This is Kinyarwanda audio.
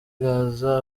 gaza